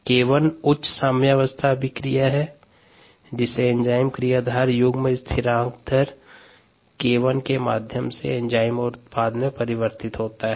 𝑘1 उच्च साम्यावस्था अभिक्रिया है जिससे एंजाइम क्रियाधार युग्म स्थिरांक दर 𝑘1 के माध्यम से एंजाइम और उत्पाद में परिवर्तित होता है